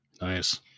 Nice